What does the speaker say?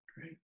Great